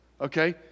okay